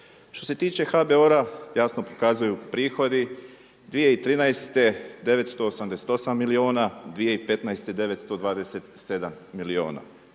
Što se tiče HBOR-a jasno pokazuju prihodi 2013. 988 milijuna, 2015. 927 milijuna,